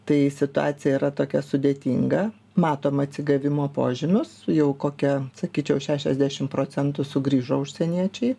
tai situacija yra tokia sudėtinga matom atsigavimo požymius jau kokia sakyčiau šešiasdešim procentų sugrįžo užsieniečiai